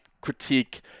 Critique